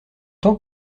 temps